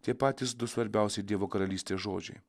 tie patys du svarbiausi dievo karalystės žodžiai